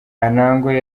anangwe